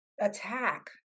attack